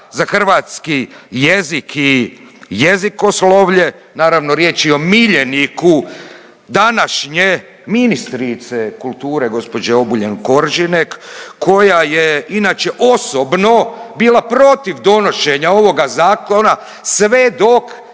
za hrvatski jezik i jezikoslovlje, naravno riječ je o miljeniku današnje ministrice kulture gospođe Obuljen Koržinek koja je inače osobno bila protiv donošenja ovoga zakona sve dok